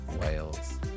wales